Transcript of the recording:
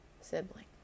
sibling